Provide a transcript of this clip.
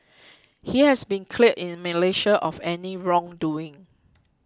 he has been cleared in Malaysia of any wrongdoing